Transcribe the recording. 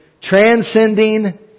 Transcending